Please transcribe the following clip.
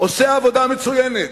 עושה עבודה מצוינת.